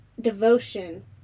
devotion